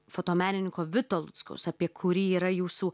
fotomenininko vito luckaus apie kurį yra jūsų